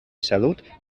salut